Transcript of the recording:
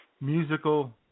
musical